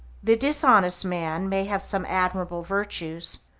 the dishonest man may have some admirable virtues,